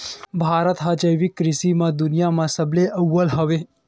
भारत हा जैविक कृषि मा दुनिया मा सबले अव्वल हवे